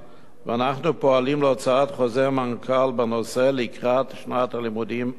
ואנחנו פועלים להוצאת חוזר מנכ"ל בנושא לקראת שנת הלימודים הבאה.